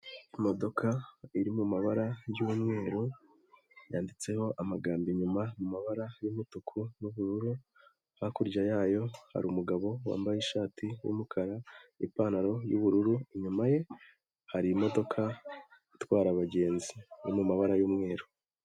Imodoka iri mu mabara y'umweru yanditseho amagambo inyuma mu mabara y'umutuku n'ubururu, hakurya yayo hari umugabo wambaye ishati y'umukara n'ipantaro y'ubururu, inyuma ye hari imodoka itwara abagenzi iri mu mabara y'umweru.